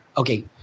Okay